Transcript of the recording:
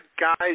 guys